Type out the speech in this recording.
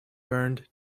burned